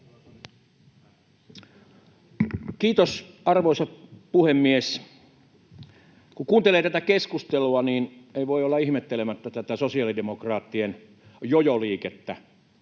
Kiitos, arvoisa puhemies! Kun kuuntelee tätä keskustelua, niin ei voi olla ihmettelemättä tätä sosialidemokraattien jojoliikettä.